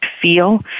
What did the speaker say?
feel